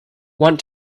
want